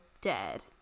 dead